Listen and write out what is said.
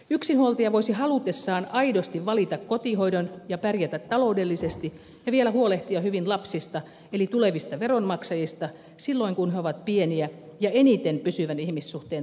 yksinhuoltaja voisi halutessaan aidosti valita kotihoidon ja pärjätä taloudellisesti ja vielä huolehtia hyvin lapsista eli tulevista veronmaksajista silloin kun he ovat pieniä ja eniten pysyvän ihmissuhteen tarpeessa